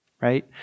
right